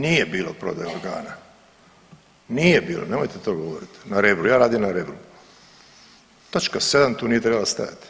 Nije bilo prodaje organa, nije bilo, nemojte to govorit na Rebru, ja radim na Rebru, točka 7 tu nije trebala stajat.